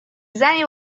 زنی